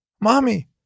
Mommy